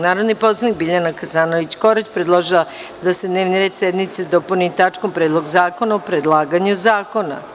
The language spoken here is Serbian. Narodni poslanik Biljana Hasanović Korać, predložila je da se dnevni red sednice dopuni tačkom - Predlog zakona o predlaganje zakona.